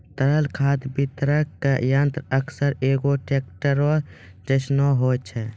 तरल खाद वितरक यंत्र अक्सर एगो टेंकरो जैसनो होय छै